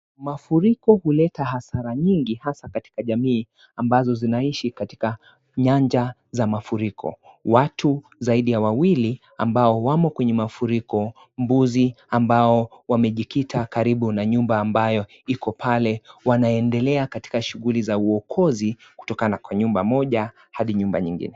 Mafuriko huleta hasdara nyingi hasa katika jamii ambazo zinaishi katika nyanja za mafuriko. Watu zaidi ya wawili ambao wamo kwenye mafuriko mbuzi ambao wamejikita karibu na nyumba ambayo iko pale, wanaendelea katika shughuli za uokozi kutokana kwa nyumba moja hadi nyumba nyingine.